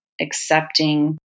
accepting